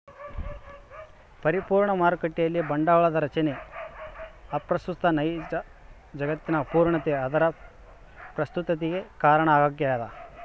ಪರಿಪೂರ್ಣ ಮಾರುಕಟ್ಟೆಯಲ್ಲಿ ಬಂಡವಾಳದ ರಚನೆ ಅಪ್ರಸ್ತುತ ನೈಜ ಜಗತ್ತಿನ ಅಪೂರ್ಣತೆ ಅದರ ಪ್ರಸ್ತುತತಿಗೆ ಕಾರಣ ಆಗ್ಯದ